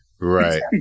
Right